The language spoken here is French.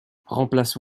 remplace